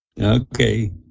Okay